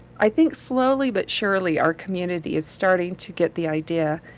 i think, slowly but surely our community is starting to get the idea